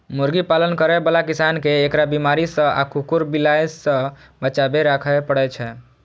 मुर्गी पालन करै बला किसान कें एकरा बीमारी सं आ कुकुर, बिलाय सं बचाके राखै पड़ै छै